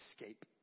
escape